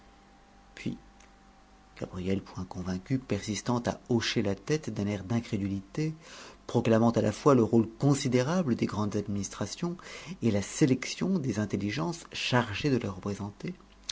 gabrielle point convaincue persistant à hocher la tête d'un air d'incrédulité proclamant à la fois le rôle considérable des grandes administrations et la sélection des intelligences chargées de les